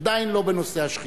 עדיין לא בנושא השחיטה.